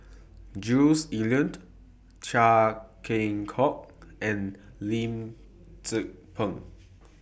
Jules Itier Chia Keng Hock and Lim Tze Peng